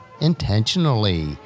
intentionally